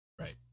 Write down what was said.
Right